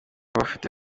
bafite